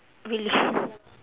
really